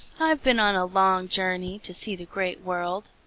i've been on a long journey to see the great world.